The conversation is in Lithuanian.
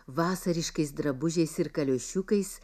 vasariškais drabužiais ir kaliošiukais